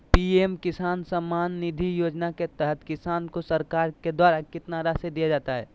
PM Kisan Samman Nidhi Yojana के तहत किसान को सरकार के द्वारा कितना रासि दिया जाता है?